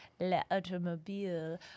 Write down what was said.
l'Automobile